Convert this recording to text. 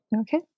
Okay